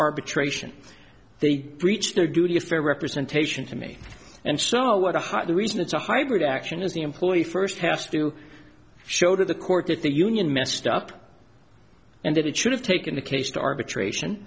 arbitration they breached their duty of fair representation to me and so no where to hide the reason it's a hybrid action is the employee first has to show to the court that the union messed up and that it should have taken the case to arbitration